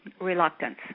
reluctance